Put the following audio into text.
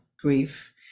grief